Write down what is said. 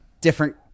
Different